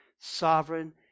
Sovereign